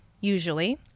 usually